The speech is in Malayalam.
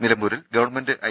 നിലമ്പൂരിൽ ഗവൺമെന്റ് ഐ